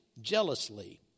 jealously